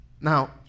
Now